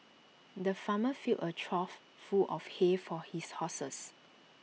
the farmer filled A trough full of hay for his horses